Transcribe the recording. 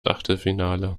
achtelfinale